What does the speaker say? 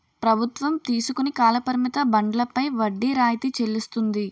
ప్రభుత్వం తీసుకుని కాల పరిమిత బండ్లపై వడ్డీ రాయితీ చెల్లిస్తుంది